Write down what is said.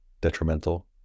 detrimental